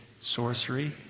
sorcery